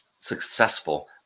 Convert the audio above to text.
successful